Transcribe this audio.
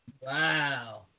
Wow